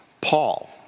Paul